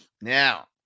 Now